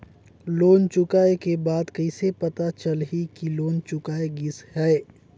Loan चुकाय के बाद कइसे पता चलही कि लोन चुकाय गिस है?